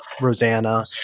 Rosanna